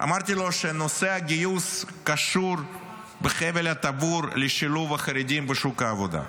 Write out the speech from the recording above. אמרתי לו שנושא הגיוס קשור בחבל הטבור לשילוב החרדים בשוק העבודה.